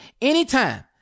anytime